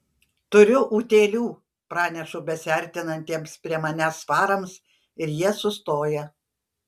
turiu utėlių pranešu besiartinantiems prie manęs farams ir jie sustoja